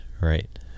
right